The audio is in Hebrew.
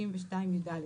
92יד,